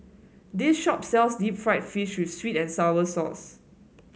this shop sells Deep Fried Fish with sweet and sour sauce